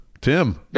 Tim